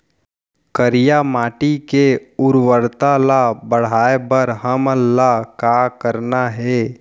करिया माटी के उर्वरता ला बढ़ाए बर हमन ला का करना हे?